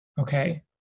okay